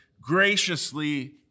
graciously